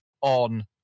on